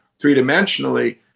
three-dimensionally